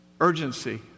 urgency